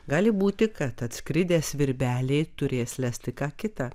gali būti kad atskridę svirbeliai turės lesti ką kita